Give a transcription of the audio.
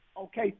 Okay